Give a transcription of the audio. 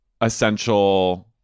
essential